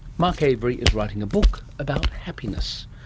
mark avery is writing a book about happiness.